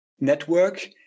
network